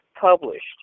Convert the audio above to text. published